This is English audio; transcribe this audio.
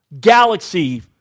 galaxy